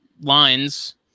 lines